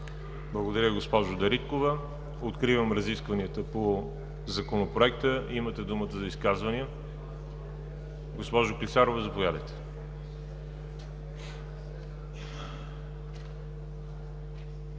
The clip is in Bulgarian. Благодаря Ви, госпожо Дариткова. Откривам разискванията по Законопроекта. Имате думата за изказвания. Госпожо Клисарова, заповядайте.